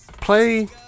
play